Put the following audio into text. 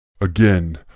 Again